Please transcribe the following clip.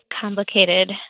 complicated